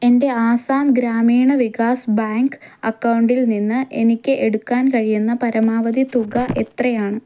എൻ്റെ ആസാം ഗ്രാമീണ വികാസ് ബാങ്ക് അക്കൗണ്ടിൽനിന്ന് എനിക്ക് എടുക്കാൻ കഴിയുന്ന പരമാവധി തുക എത്രയാണ്